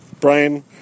Brian